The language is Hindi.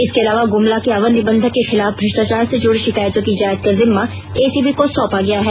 इसके अलावा गुमला के अवर निबंधक के खिलाफ भ्रष्टाचार से जुड़े शिकायतों की जांच का जिम्मा एसीबी को सौंपा गया है